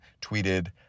tweeted